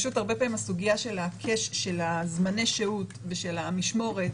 הרבה פעמים הסוגיה של זמני שהות ושל המשמורת.